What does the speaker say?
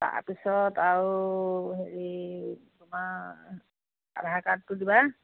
তাৰ পিছত আৰু হেৰি তোমাৰ আধাৰ কাৰ্ডটো দিবা